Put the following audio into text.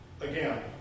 again